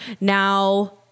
now